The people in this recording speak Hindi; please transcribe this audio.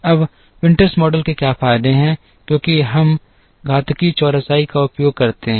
अब विंटर्स मॉडल के क्या फायदे हैं क्योंकि हम घातीय चौरसाई का उपयोग करते हैं